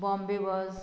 Bombay bus